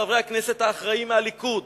חברי הכנסת האחראיים מהליכוד,